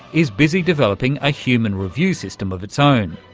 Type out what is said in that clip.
is busy developing a human review system of its own,